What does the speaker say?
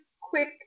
quick